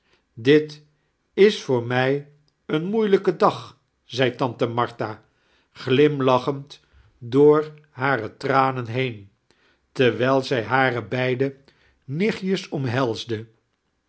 dit is voor mij een moeilijke dag zei tante martha glimlachend door hare tianen heen terwijl zij ha re beide kekstvebtellingen nichtjes omhelsde